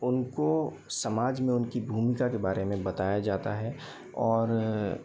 उनको समाज में उनकी भूमिका के बारे में बताया जाता है और